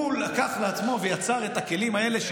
הוא לקח לעצמו ויצר את הכלים האלה.